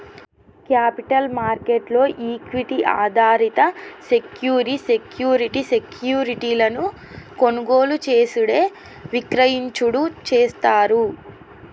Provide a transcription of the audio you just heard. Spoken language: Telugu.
క్యాపిటల్ మార్కెట్ లో ఈక్విటీ ఆధారిత సెక్యూరి సెక్యూరిటీ సెక్యూరిటీలను కొనుగోలు చేసేడు విక్రయించుడు చేస్తారు